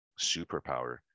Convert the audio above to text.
superpower